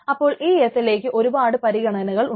അപ്പോൾ ഈ SLA യ്ക്ക് ഒരുപാട് പരിഗണനകൾ ഉണ്ട്